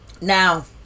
Now